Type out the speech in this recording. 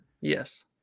Yes